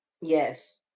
Yes